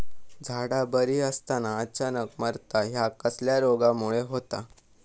झाडा बरी असताना अचानक मरता हया कसल्या रोगामुळे होता?